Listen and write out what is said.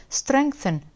strengthen